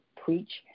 preach